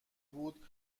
بود